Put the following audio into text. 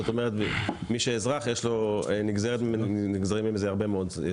זאת אומרת, מי שאזרח, נגזרים מזה הרבה מאוד דברים.